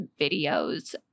videos